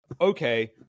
okay